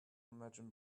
remagen